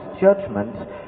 judgment